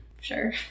sure